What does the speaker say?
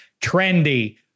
Trendy